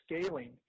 scaling